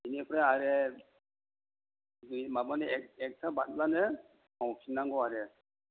बिनिफ्राय आरो बि माबानि एक एकथा बारबानो मावफिननांगौ आरो